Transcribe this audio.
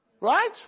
Right